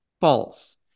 false